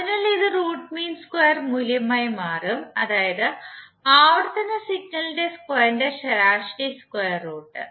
അതിനാൽ ഇത് root mean square മൂല്യമായി മാറും അതായത് ആവർത്തന സിഗ്നലിന്റെ സ്ക്വയറിന്റെ ശരാശരി സ്ക്വയർ റൂട്ട്